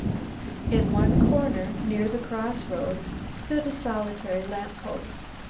in one corner near the cross-roads stood a solitary lamp-post.